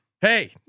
Hey